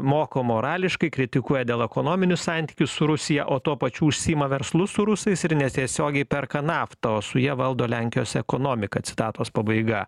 moko morališkai kritikuoja dėl ekonominių santykių su rusija o tuo pačiu užsiima verslu su rusais ir netiesiogiai perka naftą o su ja valdo lenkijos ekonomiką citatos pabaiga